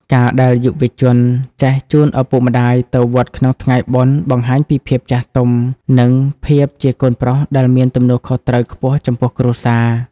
ការដែលយុវជនចេះ "ជូនឪពុកម្ដាយ" ទៅវត្តក្នុងថ្ងៃបុណ្យ បង្ហាញពីភាពចាស់ទុំ និងភាពជាកូនប្រុសដែលមានទំនួលខុសត្រូវខ្ពស់ចំពោះគ្រួសារ។